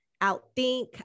outthink